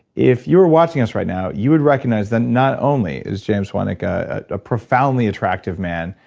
if you're watching us right now, you would recognize that not only is james swanwick a profoundly attractive man,